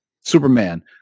Superman